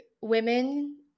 women